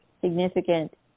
significant